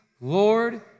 Lord